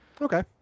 Okay